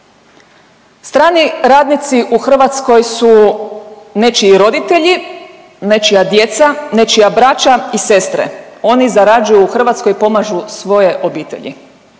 Strani radnici u Hrvatskoj su nečiji roditelji, nečija djeca, nečija braća i sestre, oni zarađuju u Hrvatskoj i pomažu svoje obitelji,